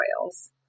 oils